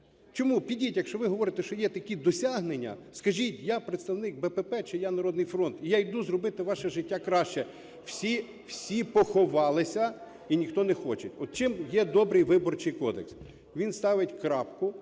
Чому? Підіть. Якщо ви говорите, що є такі досягнення, скажіть: "я представник "БПП", чи "я "Народний фронт" і я іду зробити ваше життя краще". Всі поховалися і ніхто не хоче. От чим є добрий Виборчий кодекс? Він ставить крапку